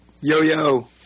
Yo-yo